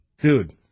dude